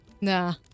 Nah